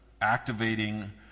activating